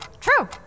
True